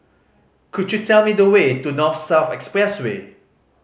could you tell me the way to North South Expressway